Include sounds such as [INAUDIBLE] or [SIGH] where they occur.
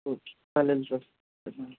okay चालेल sir [UNINTELLIGIBLE]